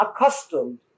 accustomed